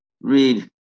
read